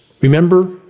remember